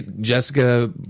Jessica